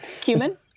Cumin